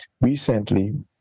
recently